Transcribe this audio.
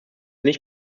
nicht